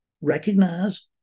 recognize